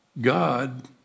God